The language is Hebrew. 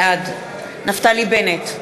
בעד נפתלי בנט,